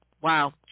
wow